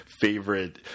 favorite